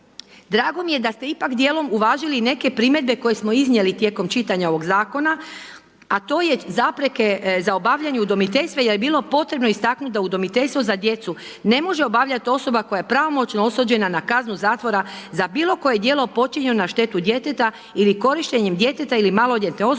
drago mi je da ste ipak djelom uvažili neke primjedbe koje smo iznijeli tijekom čitanja ovog Zakona, a to je zapreke za obavljanje udomiteljstva jer je bilo potrebno istaknuti da udomiteljstvo za djecu ne može obavljati osoba koja je pravomoćno osuđena na kaznu zatvora za bilo koje djelo počinjeno na štetu djeteta ili korištenjem djeteta ili maloljetne osobe